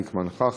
תיק מנח"ח,